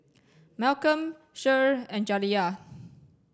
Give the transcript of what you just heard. Malcom Cher and Jaliyah